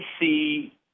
see